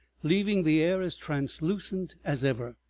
leaving the air as translucent as ever.